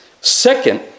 Second